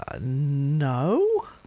No